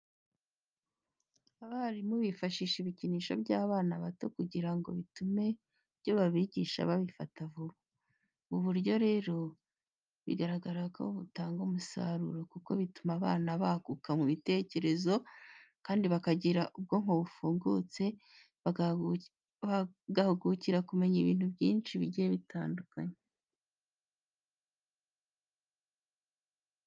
Abarimu bifashisha ibikinisho by'abana bato kugira ngo bitume ibyo babigisha babifata vuba. Ubu buryo rero, bigaragara ko butanga umusaruro kuko bituma abana baguka mu bitekerezo, kandi bakagira n'ubwonko bufungutse bagahugukira kumenya ibintu byinshi bigiye bitandukanye.